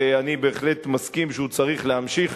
ואני בהחלט מסכים שהוא צריך להמשיך